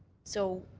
so